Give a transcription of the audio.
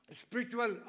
spiritual